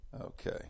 Okay